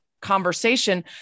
conversation